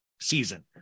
season